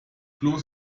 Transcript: bloß